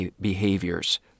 behaviors